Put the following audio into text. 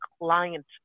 client